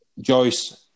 Joyce